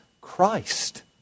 Christ